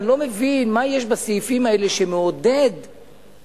ואני לא מבין מה יש בסעיפים האלה שמעודד דירות.